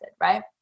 right